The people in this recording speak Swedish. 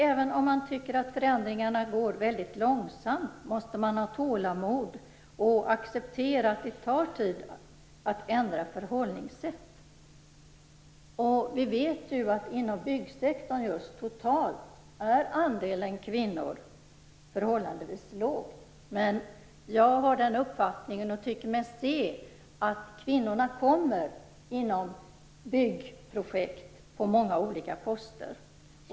Även om man tycker att förändringarna går väldigt långsamt måste man ha tålamod och acceptera att det tar tid att ändra förhållningssätt. Vi vet att andelen kvinnor totalt sett är förhållandevis lågt inom byggsektorn. Men jag har den uppfattningen, och tycker mig se, att kvinnorna kommer inom byggprojekt på många olika poster.